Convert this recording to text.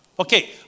Okay